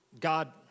God